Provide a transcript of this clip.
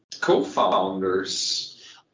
co-founders